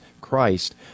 Christ